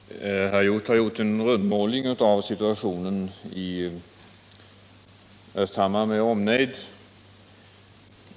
Herr talman! Herr Hjorth har gjort en rundmålning av situationen i Östhammar med omnejd.